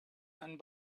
and